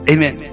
Amen